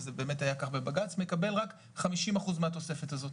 וזה באמת היה כך בבג"ץ מקבל רק 50% מהתוספת הזאת.